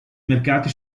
mercati